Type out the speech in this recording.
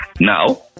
Now